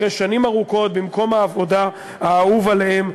אחרי שנים ארוכות במקום העבודה האהוב עליהם,